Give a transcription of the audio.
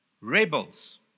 Rebels